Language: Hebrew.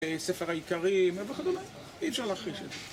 ספר העיקרים וכדומה, אי אפשר להכחיש את זה.